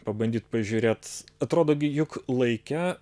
pabandyt pažiūrėt atrodo gi juk laike